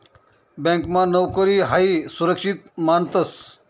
ब्यांकमा नोकरी हायी सुरक्षित मानतंस